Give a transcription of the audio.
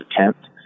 attempt